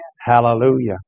Hallelujah